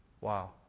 Wow